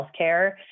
healthcare